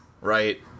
Right